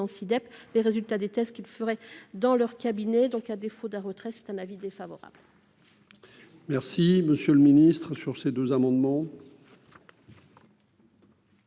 DEP, les résultats des tests qu'ils feraient dans leur cabinet, donc à défaut d'un retrait, c'est un avis défavorable. Merci, Monsieur le Ministre, sur ces deux amendements.